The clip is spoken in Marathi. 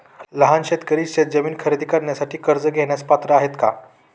लहान शेतकरी शेतजमीन खरेदी करण्यासाठी कर्ज घेण्यास पात्र आहेत का?